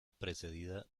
precedida